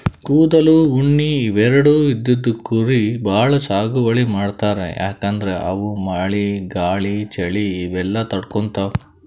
ಕೂದಲ್, ಉಣ್ಣಿ ಇವೆರಡು ಇದ್ದಿದ್ ಕುರಿ ಭಾಳ್ ಸಾಗುವಳಿ ಮಾಡ್ತರ್ ಯಾಕಂದ್ರ ಅವು ಮಳಿ ಗಾಳಿ ಚಳಿ ಇವೆಲ್ಲ ತಡ್ಕೊತಾವ್